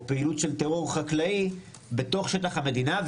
פעילות של טרור חקלאי בתוך שטח המדינה.